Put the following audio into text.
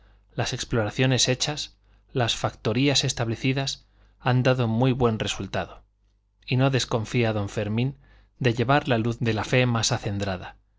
las exploraciones hechas las factorías establecidas han dado muy buen resultado y no desconfía don fermín de llevar la luz de la fe más acendrada